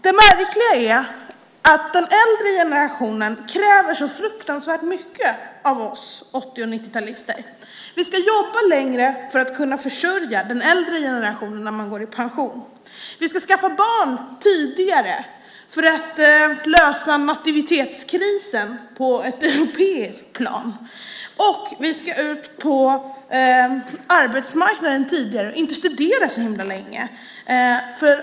Det märkliga är att den äldre generationen kräver så fruktansvärt mycket av oss åttio och nittiotalister. Vi ska jobba längre för att kunna försörja den äldre generationen när de går i pension. Vi ska skaffa barn tidigare för att lösa nativitetskrisen på ett europeiskt plan. Vi ska ut på arbetsmarknaden tidigare och inte studera så länge.